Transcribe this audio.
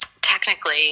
technically